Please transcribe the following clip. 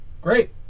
Great